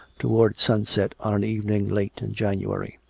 towards sunset on an evening late in january.